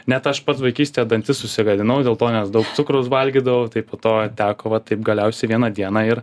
net aš pats vaikystėj dantis susigadinau dėl to nes daug cukraus valgydavau tai po to teko va taip galiausiai vieną dieną ir